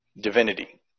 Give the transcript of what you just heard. divinity